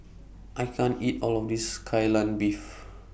I can't eat All of This Kai Lan Beef